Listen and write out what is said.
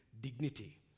dignity